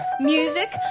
Music